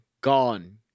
Gone